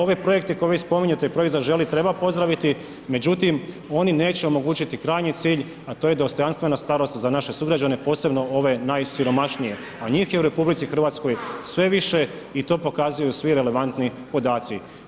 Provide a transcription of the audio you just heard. Ovi projekti koje vi spominjete i ... i treba pozdraviti, međutim oni neće omogućiti krajnji cilj a to je dostojanstvena starost za naše sugrađane posebno ove najsiromašnije a njih je u RH sve više i to pokazuju svi relevantni podaci.